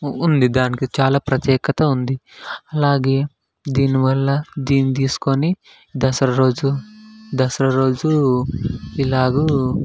ఉంది దానికి చాలా ప్రత్యేకత ఉంది అలాగే దీనివల్ల దీన్ని తీసుకుని దసరా రోజు ఎలాగూ